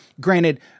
Granted